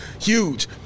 Huge